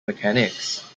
mechanics